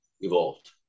evolved